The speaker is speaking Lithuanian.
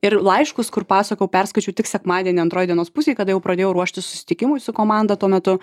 ir laiškus kur pasakojau perskaičiau tik sekmadienį antroj dienos pusėj kada jau pradėjau ruoštis susitikimui su komanda tuo metu